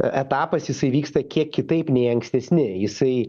e etapas jisai vyksta kiek kitaip nei ankstesni jisai